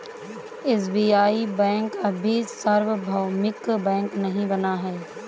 SBI bank अभी सार्वभौमिक bank नहीं बना है